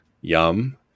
Yum